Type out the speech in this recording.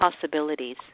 possibilities